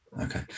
okay